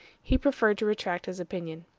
he preferred to retract his opinion.